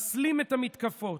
מסלים את המתקפות.